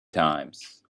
times